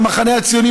במחנה הציוני,